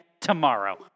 tomorrow